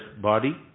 body